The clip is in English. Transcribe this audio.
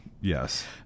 Yes